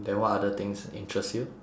then what other things interest you